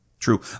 True